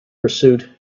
pursuit